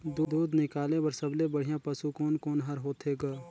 दूध निकाले बर सबले बढ़िया पशु कोन कोन हर होथे ग?